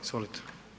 Izvolite.